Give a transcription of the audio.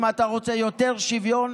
אם אתה רוצה יותר שוויון,